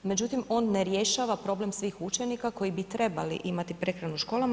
Međutim, on ne rješava problem svih učenika koji bi trebali imati prehranu u školama.